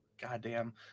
Goddamn